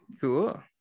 Cool